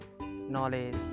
knowledge